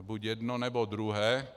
Buď jedno, nebo druhé.